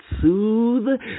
soothe